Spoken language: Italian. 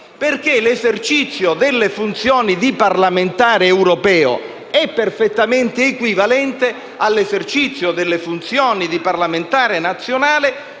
l'esercizio delle funzioni di parlamentare europeo è perfettamente equivalente all'esercizio delle funzioni di parlamentare nazionale